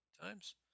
times